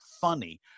funny